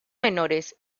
menores